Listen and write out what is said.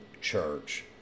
church